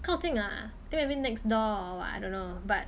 靠近啦 think maybe next door or what I don't know but